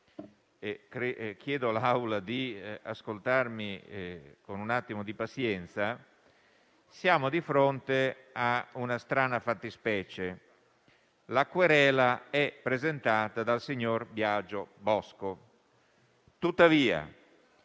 e chiedo all'Assemblea di ascoltarmi con un attimo di pazienza - siamo di fronte a una strana fattispecie: la querela è presentata dal signor Biagio Bosco; tuttavia,